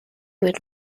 with